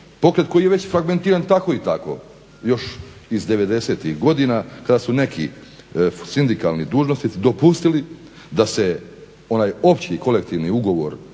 pokret koji je već fragmentiran i tako i tako, još iz devedesetih godina kada su neki sindikalni dužnosnici dopustili da se onaj opći kolektivni ugovor